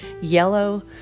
yellow